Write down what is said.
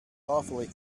awfully